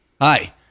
Hi